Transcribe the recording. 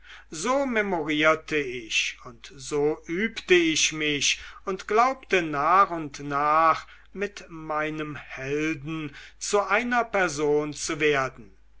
so memorierte ich und so übte ich mich und glaubte nach und nach mit meinem helden zu einer person zu werden